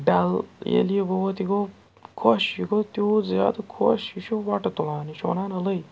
ڈَل ییٚلہِ یہِ ووت یہِ گوٚو خۄش یہِ گوٚو تیوٗت زیادٕ خۄش یہِ چھُ وۄٹہٕ تُلان یہِ چھِ وَنان إلٕے